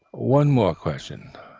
one more question.